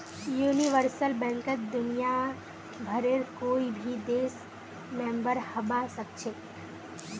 universal बैंकत दुनियाभरेर कोई भी देश मेंबर हबा सखछेख